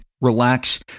relax